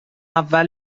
اول